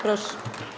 Proszę.